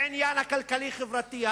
בעניין הכלכלי-החברתי,